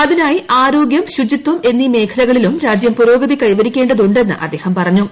അതിനായി സഹമന്ത്രി ആരോഗ്യം ശുചിത്വം എന്നീ മേഖലകളിലും രാജ്യം പുരോഗതി കൈവരിക്കേണ്ടതുണ്ടെന്ന് അദ്ദേഹം പറഞ്ഞു